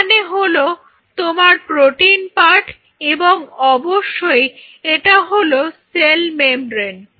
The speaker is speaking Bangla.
এখানে হলো তোমার প্রোটিন পার্ট এবং অবশ্যই এটা হলো সেল মেমব্রেন